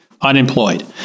unemployed